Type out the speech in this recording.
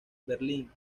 berlín